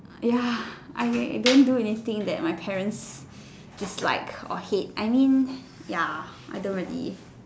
ya I don't do anything that my parents dislike or hate I mean ya I don't really